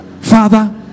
Father